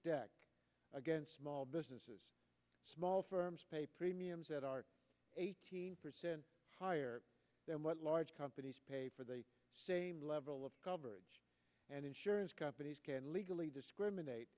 system against small businesses small firms pay premiums that are eighteen percent higher than what large companies pay for the same level of coverage and insurance companies can legally discriminate